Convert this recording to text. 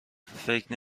فکر